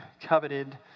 coveted